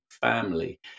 family